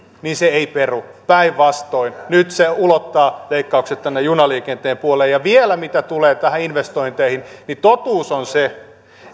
se ei peru päinvastoin nyt se ulottaa leikkaukset tänne junaliikenteen puolelle ja vielä mitä tulee näihin investointeihin niin totuus on se